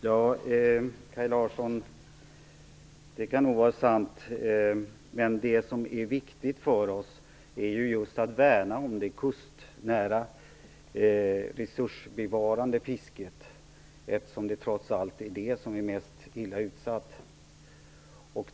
Fru talman! Det kan nog vara sant, Kaj Larsson. Men det som är viktigt för oss är att värna om det kustnära, resursbevarande fisket, eftersom det trots allt är det som är mest illa utsatt.